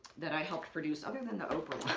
that i helped produce, other than the oprah